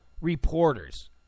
reporters